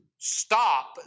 stop